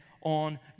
on